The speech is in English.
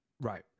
right